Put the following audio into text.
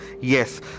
yes